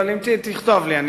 אבל תכתוב לי שאלה,